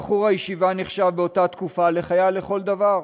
בחור הישיבה נחשב באותה תקופה לחייל לכל דבר.